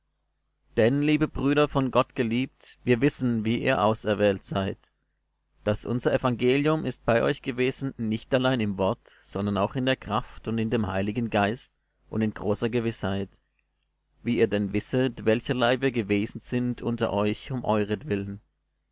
denn liebe brüder von gott geliebt wir wissen wie ihr auserwählt seid daß unser evangelium ist bei euch gewesen nicht allein im wort sondern auch in der kraft und in dem heiligen geist und in großer gewißheit wie ihr denn wisset welcherlei wir gewesen sind unter euch um euretwillen